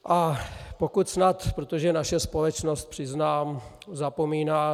A pokud snad, protože naše společnost, přiznám, zapomíná...